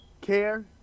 care